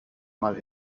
mal